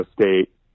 state